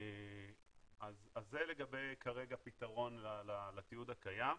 זה לגבי פתרון לתיעוד הקיים.